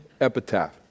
epitaph